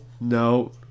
no